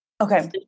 okay